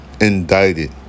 Indicted